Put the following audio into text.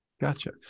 Gotcha